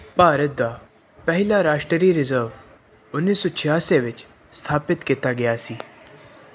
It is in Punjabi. ਭਾਰਤ ਦਾ ਪਹਿਲਾ ਰਾਸ਼ਟਰੀ ਰਿਜ਼ਰਵ ਉੱਨੀ ਸੌ ਛਿਆਸੀ ਵਿੱਚ ਸਥਾਪਿਤ ਕੀਤਾ ਗਿਆ ਸੀ